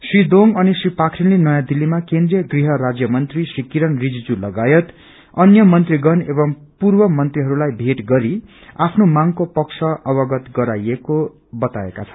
श्री दोंग अनि श्री पाखीनले नयाँ दिल्लीमा केन्द्रीय गृह राज्य मंत्री श्री किरण रिजजु लगायत अन्य मंत्रीगण एंव पूर्व मंत्रीहरूलाई भेट गरि आफ्नो मांगको पक्ष अवगत गराएको बताएका छन्